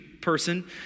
person